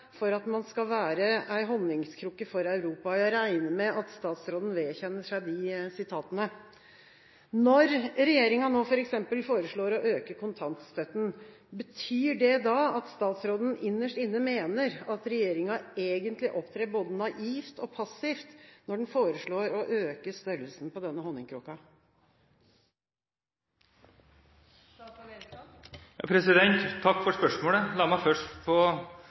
for at man skal være en honningkrukke for Europa. Regjeringa foreslår nå å øke kontantstøtten. Betyr det da at statsråden innerst inne mener at regjeringa opptrer både naivt og passivt når den foreslår å øke størrelsen på denne honningkrukka? Takk for spørsmålet. La meg først